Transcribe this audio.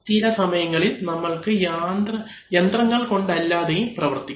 ചില സമയങ്ങളിൽ നമ്മൾക്ക് യന്ത്രങ്ങൾകൊണ്ടല്ലാതെയും പ്രവർത്തിക്കണം